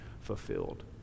fulfilled